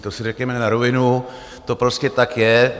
To si řekněme na rovinu, to prostě tak je.